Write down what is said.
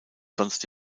sonst